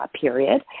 period